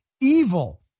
Evil